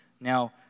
Now